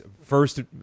first